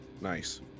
Nice